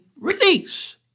release